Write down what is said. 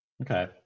Okay